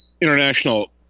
international